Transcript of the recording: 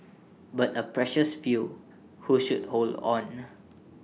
but A precious few who should hold on